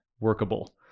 workable